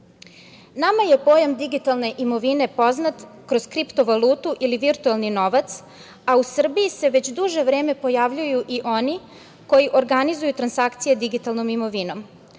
je pojam digitalne imovine poznat kroz kriptovalutu ili virtuelni novac, a u Srbiji se već duže vreme pojavljuju i oni koji organizuju transakcije digitalnom imovinom.